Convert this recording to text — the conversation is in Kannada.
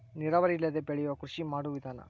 ನೇರಾವರಿ ಇಲ್ಲದೆ ಬೆಳಿಯು ಕೃಷಿ ಮಾಡು ವಿಧಾನಾ